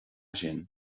sin